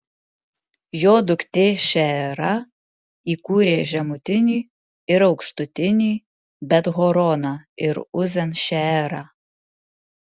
jo duktė šeera įkūrė žemutinį ir aukštutinį bet horoną ir uzen šeerą